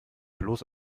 bloß